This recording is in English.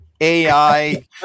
ai